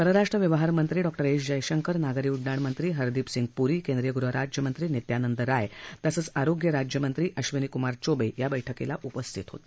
परराष्ट्र व्यवहार मंत्री डॉक्टर एस जयशंकर नागरी उड्डाणमंत्री हरदिपसिंग पुरी केंद्रीय गृहराज्यमंत्री नित्यानंद राय तसंच आरोग्य राज्यमंत्री अक्षिनीकुमार चौवे या बैठकीला उपस्थित होते